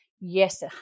Yes